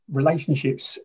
relationships